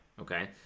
Okay